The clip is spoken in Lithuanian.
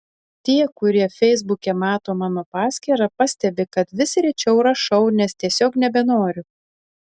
tie kurie feisbuke mato mano paskyrą pastebi kad vis rečiau rašau nes tiesiog nebenoriu